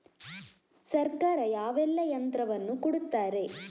ಸರ್ಕಾರ ಯಾವೆಲ್ಲಾ ಯಂತ್ರವನ್ನು ಕೊಡುತ್ತಾರೆ?